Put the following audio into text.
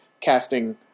casting